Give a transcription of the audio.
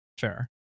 Fair